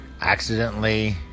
accidentally